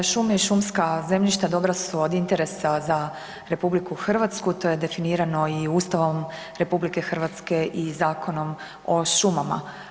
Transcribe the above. Šume i šumska zemljišta dobra su od interesa za RH, to je definirano i Ustavom RH i Zakonom o šumama.